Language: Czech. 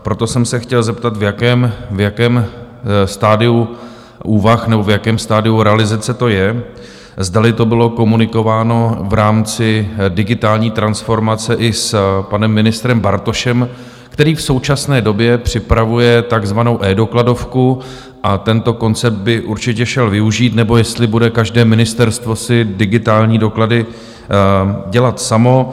Proto jsem se chtěl zeptat, v jakém stadiu úvah nebo v jakém stadiu realizace to je, zdali to bylo komunikováno v rámci digitální transformace i s panem ministrem Bartošem, který v současné době připravuje takzvanou eDokladovku, a tento koncept by určitě šel využít, nebo jestli si bude každé ministerstvo digitální doklady dělat samo?